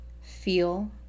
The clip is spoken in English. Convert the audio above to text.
Feel